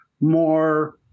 more